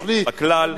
בכלל,